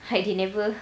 like they never